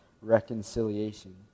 reconciliation